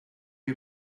you